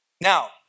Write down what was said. Now